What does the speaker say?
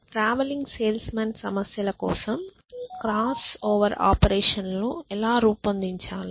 travelling salesman సమస్యల కోసం crossover ఆపరేషన్లను ఎలా రూపొందించాలి